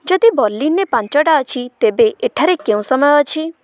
ଯଦି ବର୍ଲିନରେ ପାଞ୍ଚଟା ଅଛି ତେବେ ଏଠାରେ କେଉଁ ସମୟ ଅଛି